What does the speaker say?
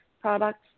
products